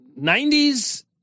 90s